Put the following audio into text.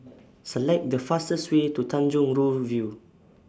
Select The fastest Way to Tanjong Rhu View